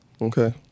Okay